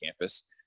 campus